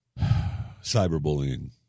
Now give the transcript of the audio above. cyberbullying